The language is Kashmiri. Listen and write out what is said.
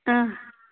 اَہ